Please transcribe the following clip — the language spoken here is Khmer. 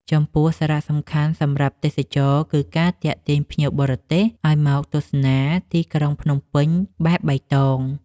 ចំពោះសារៈសំខាន់សម្រាប់ទេសចរណ៍ គឺការទាក់ទាញភ្ញៀវបរទេសឱ្យមកទស្សនាទីក្រុងភ្នំពេញបែបបៃតង។